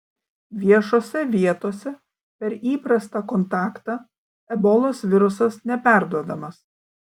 viešose vietose per įprastą kontaktą ebolos virusas neperduodamas